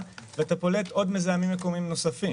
ואתה פולט עוד מזהמים מקומיים נוספים.